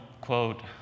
quote